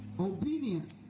obedient